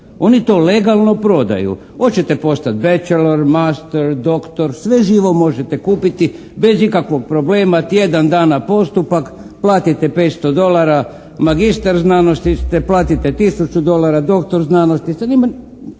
Oni to legalno prodaju. Hoćete postati bachelor, master, doctor. Sve živo možete kupiti bez ikakvog problema, tjedan dana postupak. Platite 500 dolara magistar znanosti ste. Platite 1000 dolara doktor znanost ste.